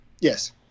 Yes